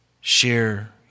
share